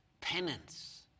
penance